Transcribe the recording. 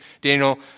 Daniel